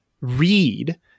read